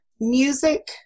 music